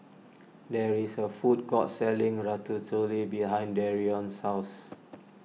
there is a food court selling Ratatouille behind Darrion's house